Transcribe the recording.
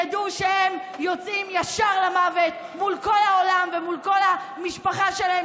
ידעו שהם יוצאים ישר למוות מול כל העולם ומול כל המשפחה שלהם,